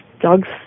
dogs